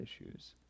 issues